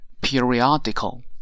periodical